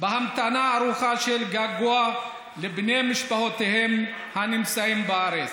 בהמתנה ארוכה של געגוע לבני משפחותיהם הנמצאים בארץ.